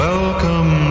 Welcome